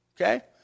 Okay